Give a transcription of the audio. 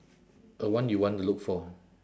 a one you want to look for